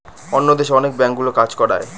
অন্য দেশে অনেক ব্যাঙ্কগুলো কাজ করায়